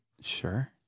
Sure